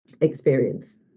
experience